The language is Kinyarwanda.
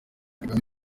kagame